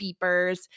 beepers